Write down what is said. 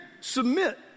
submit